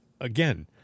again